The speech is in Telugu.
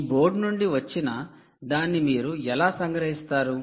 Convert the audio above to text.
ఈ బోర్డు నుండి వచ్చిన దాన్ని మీరు ఎలా సంగ్రహిస్తారు